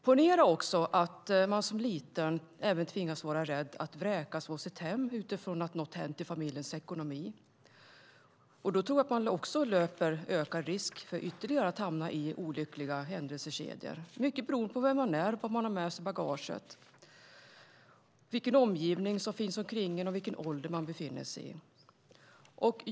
Ponera också att man som liten även tvingas vara rädd för att vräkas från sitt hem utifrån att något hänt i familjens ekonomi. Då tror jag att man löper ytterligare ökad risk för att hamna i olyckliga händelsekedjor, mycket beroende på vem man är, vad man har med sig i bagaget, vilken omgivning som finns omkring en och vilken ålder man befinner sig i.